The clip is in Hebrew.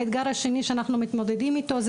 האתגר השני שאנחנו מתמודדים איתו זה